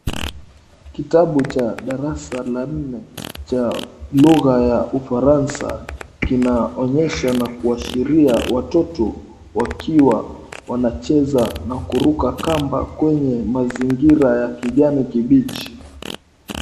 Kitabu cha darasa la nne cha lugha ya ufaransa kinaonyesha na kuashiria watoto wakiwa wanacheza na kuruka kamba kwenye mazingira ya kijani kibichi.